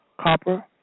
copper